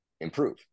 improve